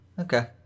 Okay